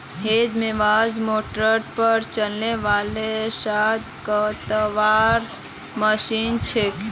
hedge mower मोटरेर पर चलने वाला घास कतवार मशीन छिके